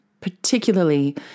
particularly